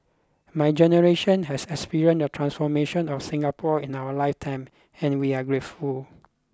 my generation has experienced the transformation of Singapore in our life time and we are grateful